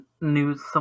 news